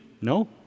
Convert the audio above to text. No